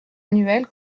annuel